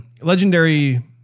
legendary